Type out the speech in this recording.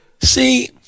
See